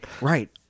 right